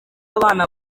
abana